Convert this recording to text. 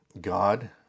God